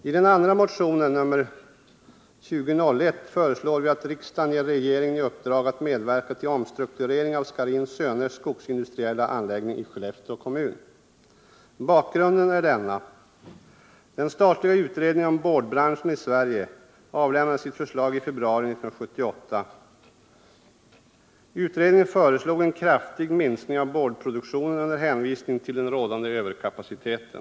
I den andra motionen nr 2001 föreslår vi att riksdagen ger regeringen i uppdrag att medverka till omstrukturering av AB Scharins Söners skogsindustriella anläggning i Skellefteå kommun. Bakgrunden är denna. Den statliga utredningen om boardbranschen i Sverige avlämnade sitt förslag i februari 1978. Utredningen föreslog en kraftig minskning av boardproduktion under hänvisning till den rådande överkapaciteten.